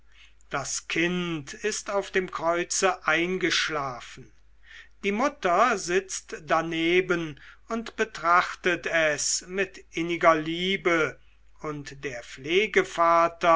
das kind ist auf dem kreuze eingeschlafen die mutter sitzt daneben und betrachtet es mit inniger liebe und der